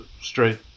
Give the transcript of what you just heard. straight